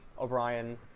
O'Brien